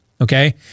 Okay